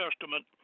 Testament